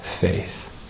faith